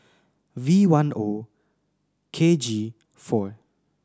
V one O K G four